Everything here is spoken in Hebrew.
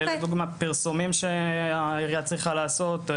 לדוגמה פרסומים שהעירייה צריכה לעשות,